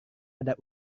ada